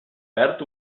perd